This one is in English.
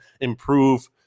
improve